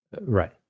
Right